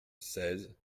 seize